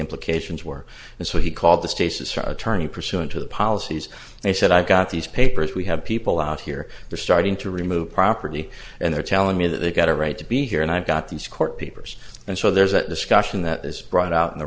implications were and so he called the state says her attorney pursuant to the policies and he said i've got these papers we have people out here they're starting to remove property and they're telling me that they've got a right to be here and i've got these court papers and so there's a discussion that is brought out in the